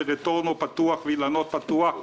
"רטורנו" פתוח, "אילנות" פתוח.